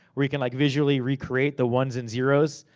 where you can like visually recreate the ones and zeroes,